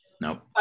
Nope